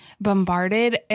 bombarded